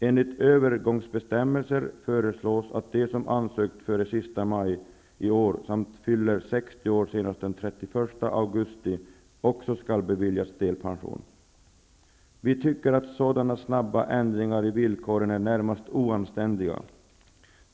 Enligt övergångsbestämmelser föreslås att också de som ansökt före 31 maj i år och fyller 60 år senast den 31 augusti skall beviljas delpension. Vi tycker att sådana snabba ändringar i villkoren närmast är oanständiga.